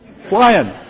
Flying